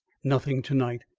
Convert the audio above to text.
nothing to-night.